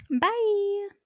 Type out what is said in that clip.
Bye